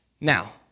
Now